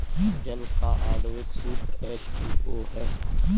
जल का आण्विक सूत्र एच टू ओ है